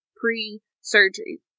pre-surgery